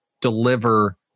deliver